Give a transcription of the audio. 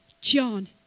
John